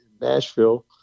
Nashville